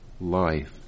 life